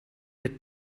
der